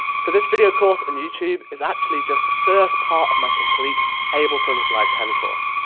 so this video course on youtube is actually just the first part of my complete ableton live ten course.